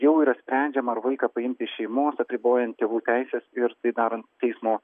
jau yra sprendžiama ar vaiką paimti iš šeimos apribojant tėvų teises ir tai darant teismo